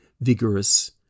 vigorous